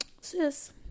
Sis